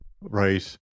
Right